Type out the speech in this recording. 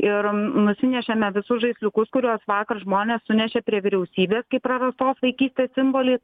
ir nusinešėme visus žaisliukus kuriuos vakar žmonės sunešė prie vyriausybės kaip prarastos vaikystės simbolį